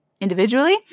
individually